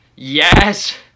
Yes